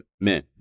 men